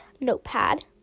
notepad